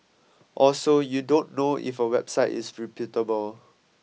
also you don't know if a website is reputable